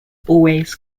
always